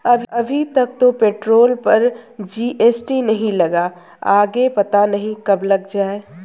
अभी तक तो पेट्रोल पर जी.एस.टी नहीं लगा, आगे पता नहीं कब लग जाएं